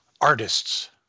artists